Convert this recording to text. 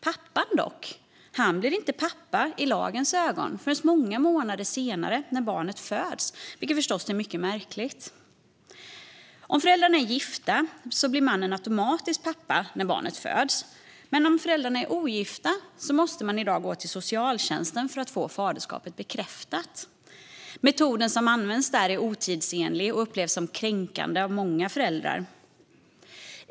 Pappan blir dock inte pappa i lagens ögon förrän många månader senare, när barnet föds, vilket förstås är mycket märkligt. Om föräldrarna är gifta blir mannen automatiskt pappa när barnet föds, men om föräldrarna är ogifta måste man i dag gå till socialtjänsten för att få faderskapet bekräftat. Metoden som används där är otidsenlig och upplevs som kränkande av många föräldrar.